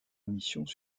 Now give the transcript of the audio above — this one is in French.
émissions